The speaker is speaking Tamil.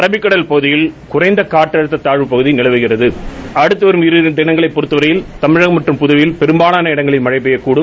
அரபிக்கடல் பகுதியில் குறைந்த காற்றழுத்த பகுதி நிலவுவதால் அடுத்த இரண்டு நாட்களை பொறத்த வரையில் தமிழகம் மற்றும் புதுவையில் பெரும்பாலான இடங்களில் மழை பெய்யக்கூடும்